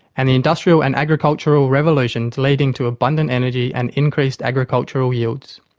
and the industrial and agricultural revolutions leading to abundant energy and increased agricultural yields.